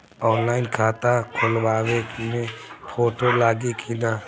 Online खाता खोलबाबे मे फोटो लागि कि ना?